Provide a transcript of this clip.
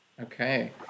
Okay